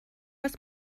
was